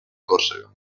còrsega